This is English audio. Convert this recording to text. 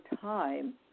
time